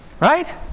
Right